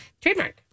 Trademark